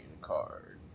card